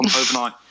overnight